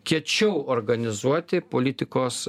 kiečiau organizuoti politikos